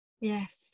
Yes